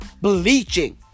bleaching